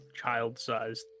child-sized